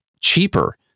cheaper